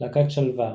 להקת שלווה,